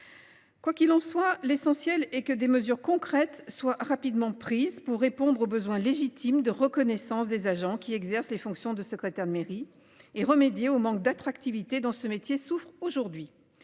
Quoi qu'il en soit, l'essentiel est que des mesures concrètes soient rapidement prises pour répondre aux besoins légitimes de reconnaissance des agents qui exerce les fonctions de secrétaire de mairie et remédier au manque d'attractivité dans ce métier souffre aujourd'hui